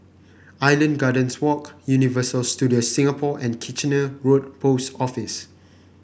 Island Gardens Walk Universal Studios Singapore and Kitchener Road Post Office